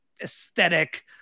aesthetic